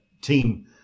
team